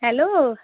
hello